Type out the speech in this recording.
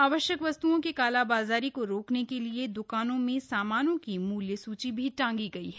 आवश्यक वस्त्ओं की कालाबाजारी को रोकने के लिए द्कानों में सामान की मूल्य सूची टांगी गई है